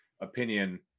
opinion